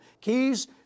Keys